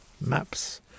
maps